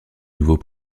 nouveau